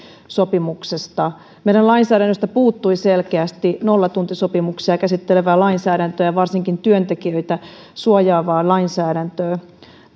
sopimuksesta meidän lainsäädännöstä puuttui selkeästi nollatuntisopimuksia käsittelevää lainsäädäntöä ja varsinkin työntekijöitä suojaavaa lainsäädäntöä